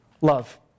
love